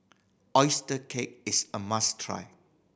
oyster cake is a must try